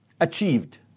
achieved